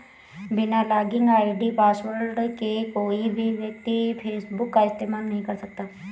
बिना login ID password के कोई भी व्यक्ति फेसबुक का इस्तेमाल नहीं कर सकता